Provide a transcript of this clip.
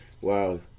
Wow